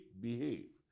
behave